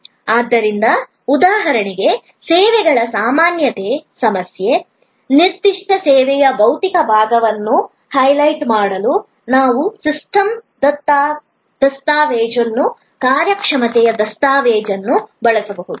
ಆದ್ದರಿಂದ ಉದಾಹರಣೆಗೆ ಸೇವೆಗಳ ಸಾಮಾನ್ಯತೆಯ ಸಮಸ್ಯೆ ನಿರ್ದಿಷ್ಟ ಸೇವೆಯ ಭೌತಿಕ ಭಾಗವನ್ನು ಹೈಲೈಟ್ ಮಾಡಲು ನಾವು ಸಿಸ್ಟಮ್ ದಸ್ತಾವೇಜನ್ನು ಕಾರ್ಯಕ್ಷಮತೆಯ ದಸ್ತಾವೇಜನ್ನು ಬಳಸಬಹುದು